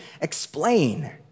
explain